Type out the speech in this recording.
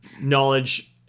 knowledge